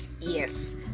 Yes